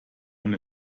und